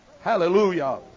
Hallelujah